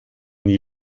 nie